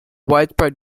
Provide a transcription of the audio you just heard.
widespread